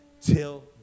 till